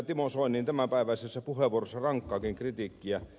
timo soinin tämänpäiväisessä puheenvuorossa rankkaakin kritiikkiä